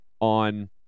on